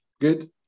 good